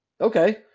Okay